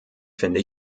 finde